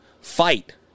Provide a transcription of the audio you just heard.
fight